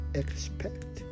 expect